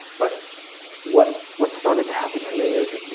but what what started to happen to me is,